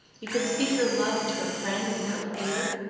you can speak your love to a friend without fear.